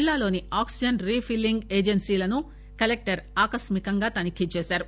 జిల్లాలోని oxygen refilling ఏజెన్సీలను collector ఆకస్మికంగా తనిఖీ చేశారు